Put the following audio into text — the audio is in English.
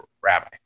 Rabbi